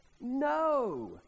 No